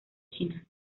china